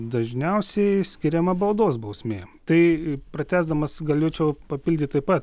dažniausiai skiriama baudos bausmė tai pratęsdamas galėčiau papildyt taip pat